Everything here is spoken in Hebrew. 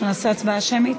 אנחנו נעשה הצבעה שמית.